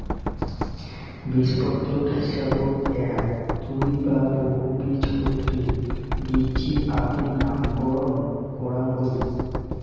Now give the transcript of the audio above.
বীজপত্রর হিসাবত এ্যাক, দুই বা বহুবীজপত্রী বীচি আদি নামকরণ করাং হই